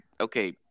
okay